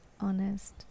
honest